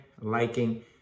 liking